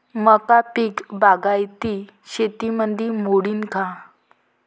मका पीक बागायती शेतीमंदी मोडीन का?